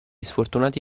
sfortunati